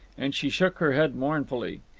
and she shook her head mournfully.